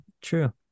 true